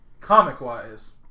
comic-wise